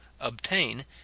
obtain